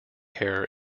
hair